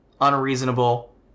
unreasonable